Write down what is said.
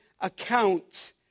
account